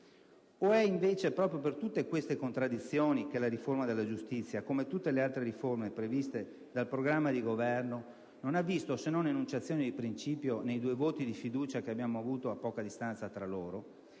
è, invece, proprio per tutte queste contraddizioni, che la riforma della giustizia, come tutte le altre riforme previste dal programma di Governo, non ha visto se non enunciazioni di principio nei due voti di fiducia che abbiamo avuto a poca distanza tra loro?